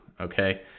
Okay